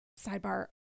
sidebar